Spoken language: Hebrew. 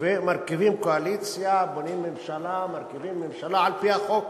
ומרכיבים קואליציה, בונים ממשלה על-פי החוק.